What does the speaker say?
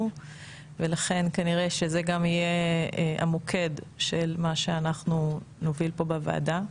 ולכן כנראה שזה גם יהיה המוקד של מה שאנחנו נוביל פה בוועדה,